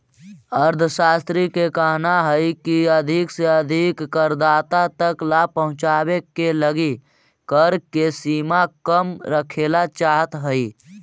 अर्थशास्त्रि के कहना हई की अधिक से अधिक करदाता तक लाभ पहुंचावे के लगी कर के सीमा कम रखेला चाहत हई